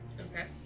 Okay